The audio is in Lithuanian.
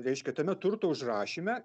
reiškia tame turto užrašyme